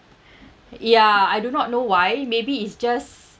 ya I do not know why maybe is just